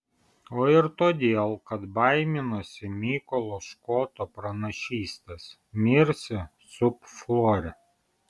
o ir todėl kad baiminosi mykolo škoto pranašystės mirsi sub flore